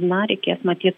na reikės matyt